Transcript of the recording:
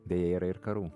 beje yra ir karų